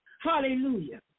Hallelujah